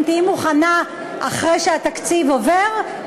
אם תהיי מוכנה אחרי שהתקציב עובר,